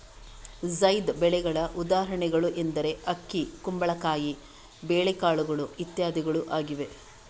ಝೈದ್ ಬೆಳೆಗಳ ಉದಾಹರಣೆಗಳು ಎಂದರೆ ಅಕ್ಕಿ, ಕುಂಬಳಕಾಯಿ, ಬೇಳೆಕಾಳುಗಳು ಇತ್ಯಾದಿಗಳು ಆಗಿವೆ